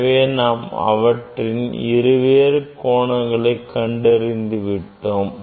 எனவே நாம் அவற்றின் இருவேறு கோணங்களில் கண்டறிந்து விட்டோம்